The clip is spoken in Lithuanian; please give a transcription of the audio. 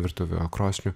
virtuvių o krosnių